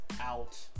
out